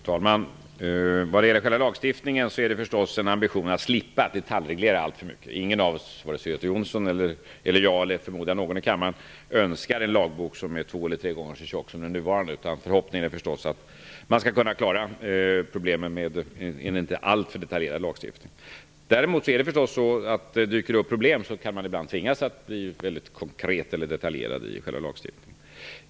Fru talman! Vad gäller själva lagstiftningen är det förstås en ambition att slippa detaljreglera alltför mycket. Varken Göte Jonsson, jag eller, förmodar jag, någon annan i kammaren önskar en lagbok som är två eller tre gånger så tjock som den nuvarande. Förhoppningen är förstås att man skall kunna klara problemen med en inte alltför detaljerad lagstiftning. Om det däremot dyker upp problem, kan man naturligtvis tvingas bli mycket konkret eller detaljerad i lagstiftningen.